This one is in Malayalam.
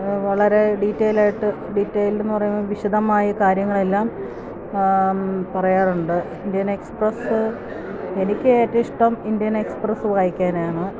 വളരെ ഡീറ്റെയിലായിട്ട് ഡീറ്റെയിൽഡ് എന്നുപറയുമ്പോള് വിശദമായി കാര്യങ്ങളെല്ലാം പറയാറുണ്ട് ഇന്ത്യൻ എക്സ്പ്രസ്സ് എനിക്ക് ഏറ്റവും ഇഷ്ടം ഇന്ത്യൻ എക്സ്പ്രസ് വായിക്കാനാണ്